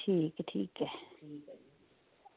ठीक ठीक ऐ